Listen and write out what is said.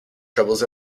troubles